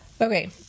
Okay